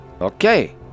Okay